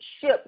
ship